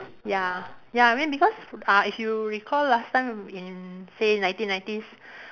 ya ya I mean because uh if recall last time in say nineteen nineties